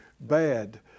bad